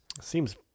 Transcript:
Seems